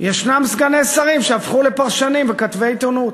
יש סגני שרים שהפכו לפרשנים וכתבי עיתונות.